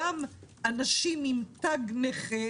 גם אנשים עם תג נכה